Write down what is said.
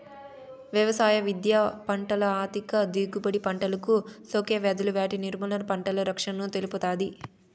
వ్యవసాయ విద్య పంటల అధిక దిగుబడి, పంటలకు సోకే వ్యాధులు వాటి నిర్మూలన, పంటల రక్షణను తెలుపుతాది